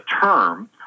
term